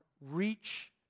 reach